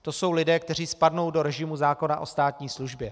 To jsou lidé, kteří spadnou do režimu zákona o státní službě.